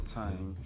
time